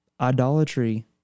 Idolatry